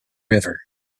river